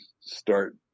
start